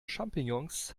champignons